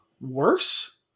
worse